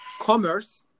commerce